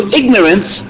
ignorance